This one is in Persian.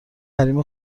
حریم